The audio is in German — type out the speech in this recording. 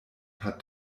paar